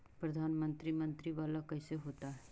प्रधानमंत्री मंत्री वाला कैसे होता?